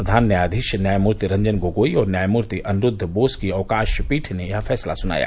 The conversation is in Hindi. प्रधान न्यायाधीश न्यायमूर्ति रंजन गोगोई और न्यायमूर्ति अनिरूद्व बोस की अवकाश पीठ ने यह फैसला सुनाया